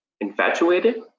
infatuated